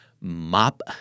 Mop